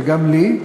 וגם לי,